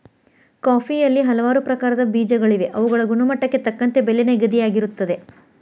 ಕಾಫಿಯಲ್ಲಿ ಹಲವಾರು ಪ್ರಕಾರದ ಬೇಜಗಳಿವೆ ಅವುಗಳ ಗುಣಮಟ್ಟಕ್ಕೆ ತಕ್ಕಂತೆ ಬೆಲೆ ನಿಗದಿಯಾಗಿರುತ್ತದೆ